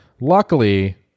Luckily